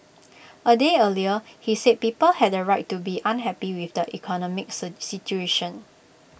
A day earlier he said people had A right to be unhappy with the economic situation